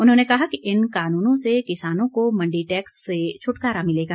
उन्होंने कहा कि इन कानूनों से किसानों को मंडी टैक्स से छटकारा मिलेगा